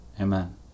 Amen